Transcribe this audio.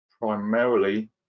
primarily